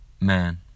Man